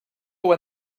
when